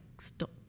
stop